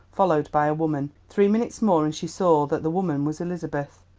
followed by a woman. three minutes more and she saw that the woman was elizabeth.